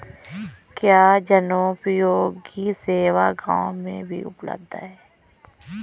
क्या जनोपयोगी सेवा गाँव में भी उपलब्ध है?